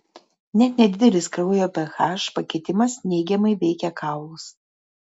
net nedidelis kraujo ph pakitimas neigiamai veikia kaulus